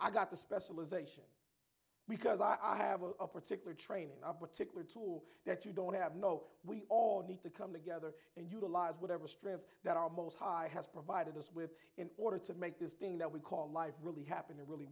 i got the specialization because i have a particular training up articular tool that you don't have no we all need to come together and utilize whatever strengths that are most high has provided us with in order to make this thing that we called life really happen to really